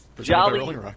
Jolly